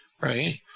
right